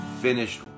finished